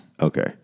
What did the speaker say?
Okay